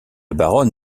baronne